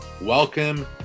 Welcome